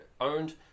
owned